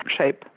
shape